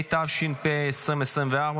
התשפ"ה 2024,